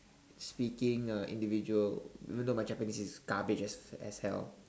speaking uh individual even though my Japanese is garbage as as hell